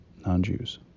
non-Jews